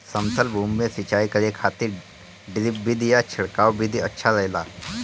समतल भूमि में सिंचाई करे खातिर ड्रिप विधि या छिड़काव विधि अच्छा रहेला?